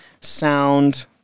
sound